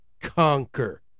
conquer